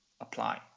apply